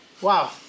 wow